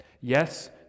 Yes